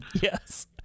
Yes